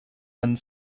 and